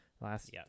last